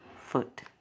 Foot